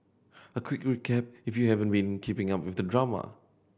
a quick recap if you haven't been keeping up with the drama